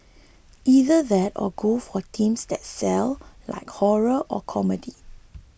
either that or go for teams that sell like horror or comedy